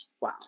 Wow